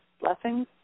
blessings